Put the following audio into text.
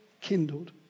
kindled